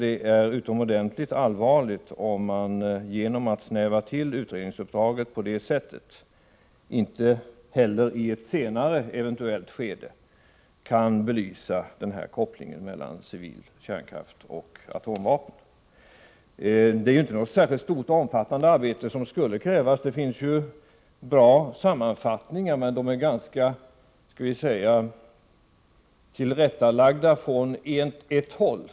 Det är utomordentligt allvarligt om man genom att ”snäva till” utredningsuppdraget på det sättet inte heller i ett senare skede kan belysa kopplingen mellan civil kärnkraft och atomvapen. Det är inte något särskilt stort och omfattande arbete som skulle krävas. Det finns bra sammanfattningar, men dessa är ganska — skall vi säga — tillrättalagda från ett håll.